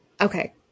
Okay